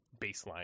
baseline